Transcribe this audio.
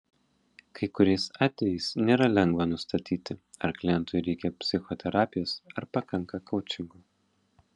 kai kuriais atvejais nėra lengva nustatyti ar klientui reikia psichoterapijos ar pakanka koučingo